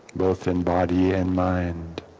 both in body and mind